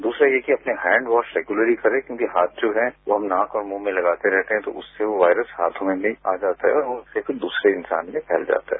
दूसरा ये है कि अपने हैंडवॉश रेगुलरी करे क्योंकि हाथ जो है वो हम हाथ और मुंह में लगाते रहते है तो उससे वो वायरस हाथों में भी आ जाता है उससे दूसरे इंसान में फैल जाता है